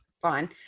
fine